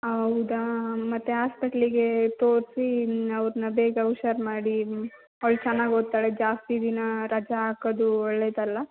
ಹಾಂ ಹೌದಾ ಮತ್ತೆ ಹಾಸ್ಪೆಟ್ಲಿಗೆ ತೋರಿಸಿ ಅವರನ್ನ ಬೇಗ ಹುಷಾರು ಮಾಡಿ ನೀವು ಅವಳು ಚೆನ್ನಾಗಿ ಓದ್ತಾಳೆ ಜಾಸ್ತಿ ದಿನ ರಜಾ ಹಾಕೋದು ಒಳ್ಳೆಯದಲ್ಲ